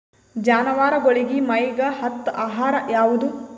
ಜಾನವಾರಗೊಳಿಗಿ ಮೈಗ್ ಹತ್ತ ಆಹಾರ ಯಾವುದು?